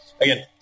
Again